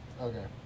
Okay